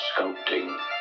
sculpting